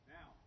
Now